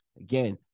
Again